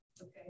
Okay